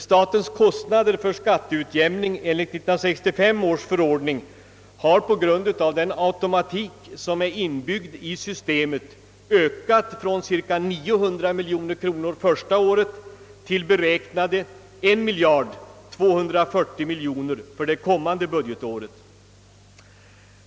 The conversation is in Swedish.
Statens kostnader för skatteutjämning enligt 1965 års förordning har på grund av den automatik som är inbyggd i systemet ökat från cirka 900 miljoner första året till beräknade 1240 miljoner för det kommande budgetåret.